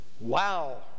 Wow